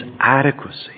adequacy